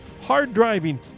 hard-driving